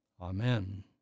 Amen